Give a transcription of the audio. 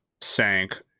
sank